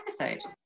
episode